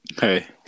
Hey